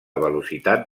velocitat